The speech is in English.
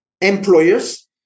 employers